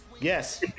yes